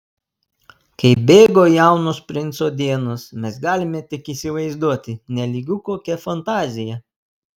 kaip bėgo jaunos princo dienos mes galime tik įsivaizduoti nelygu kokia fantazija